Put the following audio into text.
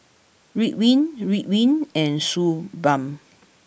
Ridwind Ridwind and Suu Balm